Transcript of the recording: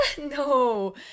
no